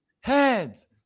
heads